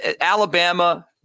Alabama